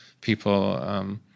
people